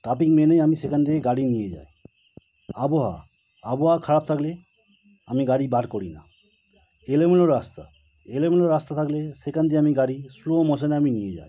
traffic মেনেই আমি সেখান থেকে গাড়ি নিয়ে যাই আবহাওয়া আবহাওয়া খারাপ থাকলে আমি গাড়ি বার করি না এলোমেলো রাস্তা এলোমেলো রাস্তা থাকলে সেখান দিয়ে আমি গাড়ি স্লো মোশনে আমি নিয়ে যাই